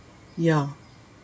ya